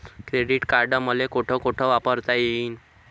Credit card मले कोठ कोठ वापरता येईन?